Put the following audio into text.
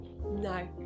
No